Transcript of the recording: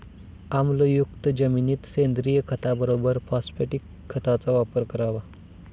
आम्लयुक्त जमिनीत सेंद्रिय खताबरोबर फॉस्फॅटिक खताचा वापर करावा